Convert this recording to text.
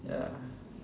ya